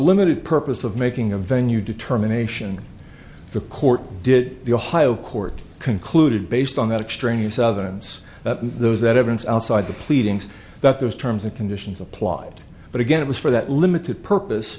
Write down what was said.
limited purpose of making a venue determination the court did the ohio court concluded based on that extraneous other ones those that evidence outside the pleadings that those terms and conditions applied but again it was for that limited purpose